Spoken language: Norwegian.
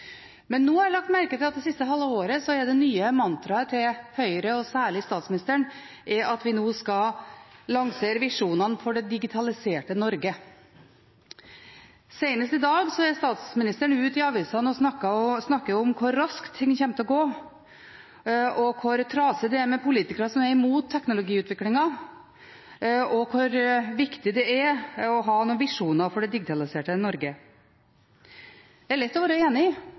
Men jeg har lagt merke til at det siste halve året har det nye mantraet til Høyre – og særlig statsministeren – vært at vi nå skal lansere visjonene for «det digitaliserte Norge». Senest i dag har statsministeren vært ute i avisene og snakket om hvor raskt ting kommer til å gå, hvor trasig det er med politikere som er imot teknologiutviklingen, og hvor viktig det er å ha noen visjoner for det digitaliserte Norge. Det er lett å være enig i